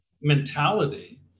mentality